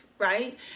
right